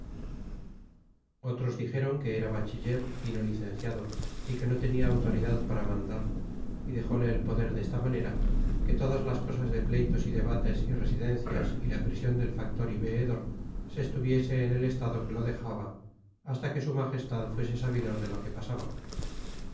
otros dixéron que era bachiller y no licenciado y que no tenia autoridad para mandar y dexóle el poder desta manera que todas las cosas de pleytos y debates y residencias y la prision del factor y veedor se estuviese ea el estado que lo dexaba hasta que su magestad fuese sabidor de lo que pasaba